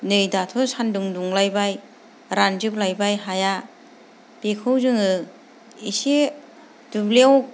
नै दाथ' सान्दुं दुंलायबाय रानजोबलायबाय हाया बेखौ जोङो एसे दुब्लियाव